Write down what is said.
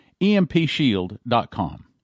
EMPSHIELD.com